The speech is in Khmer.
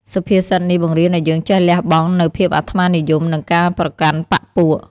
សុភាសិតនេះបង្រៀនឱ្យយើងលះបង់នូវភាពអាត្មានិយម និងការប្រកាន់បក្ខពួក។